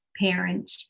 parent